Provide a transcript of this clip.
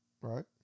right